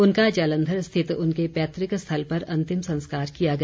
उनका जालंधर स्थित उनके पैतुक स्थल पर अंतिम संस्कार किया गया